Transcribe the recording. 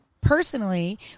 personally